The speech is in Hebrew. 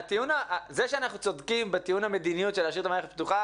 זה שאנחנו צודקים בטיעון המדיניות של להשאיר את המערכת פתוחה,